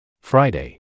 Friday